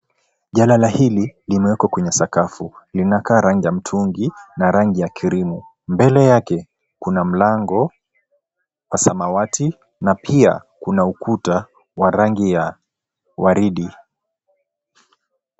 Jalala hili limewekwa kwenye sakafu linakaa rangi ya mtungi na rangi ya krimu. Mbele yake kuna mlango wa samawati na pia kuna ukuta wa rangi ya waridi.